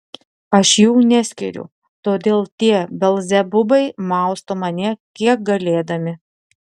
aš jų neskiriu todėl tie belzebubai mausto mane kiek galėdami